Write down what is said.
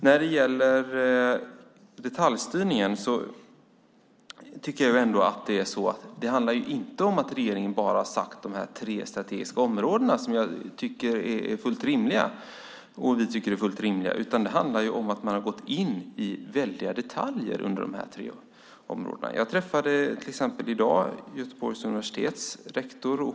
När det gäller detaljstyrningen handlar det inte bara om att regeringen nämnt de tre strategiska områdena, som vi tycker är fullt rimliga, utan det handlar också om att man gått in i detaljerna på dessa tre områden. Jag träffade i dag Göteborgs universitets rektor.